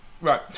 Right